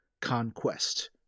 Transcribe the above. conquest